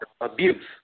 abuse